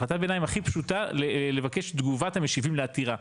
החלטת ביניים הכי פשוטה ,לבקש תגובת המשיבים לעתירה,